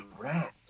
rats